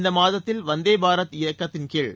இந்த மாதத்தில் வந்தே பாரத் இயக்கத்தின் கீழ்